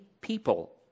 people